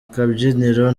kabyiniro